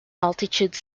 altitude